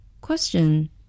Question